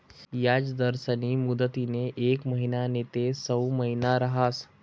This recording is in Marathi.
याजदरस्नी मुदतनी येक महिना नैते सऊ महिना रहास